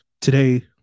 today